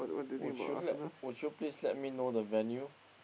would you let would you please let me know the venue